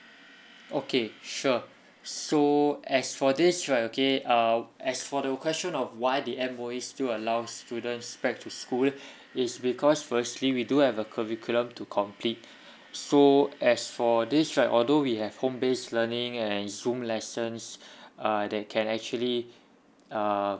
okay sure so as for this right okay uh as for the question of why the M_O_E still allows students back to school is because firstly we do have a curriculum to complete so as for this right although we have home based learning and zoom lessons uh that can actually err